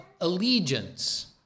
allegiance